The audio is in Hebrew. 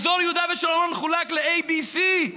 אזור יהודה ושומרון חולק ל-A, B, C ,